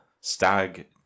stag